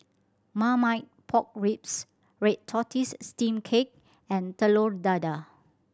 Marmite Pork Ribs red tortoise steamed cake and Telur Dadah